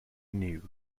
new